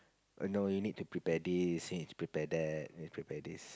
oh no you need to prepare this you need to prepare that prepare this